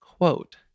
quote